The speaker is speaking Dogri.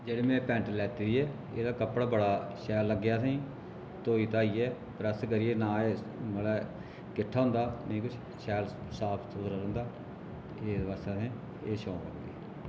जेह्ड़ी में पैंट्ट लैती दी ऐ एह्दा कपड़ा बड़ा शैल लग्गेआ असें गी धोई धाइयै प्रैस्स करियै ना एह् मतलब किट्ठा होंदा नेईं किश शैल साफ सुथरा रौंह्दा एह् बस असें एह् शौक ऐ मिगी